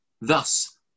Thus